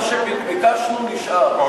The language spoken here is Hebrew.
מה שביקשנו נשאר.